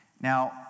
Now